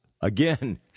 Again